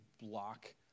block